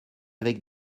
avec